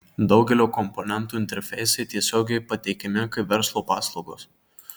daugelio komponentų interfeisai tiesiogiai pateikiami kaip verslo paslaugos